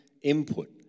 input